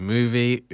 Movie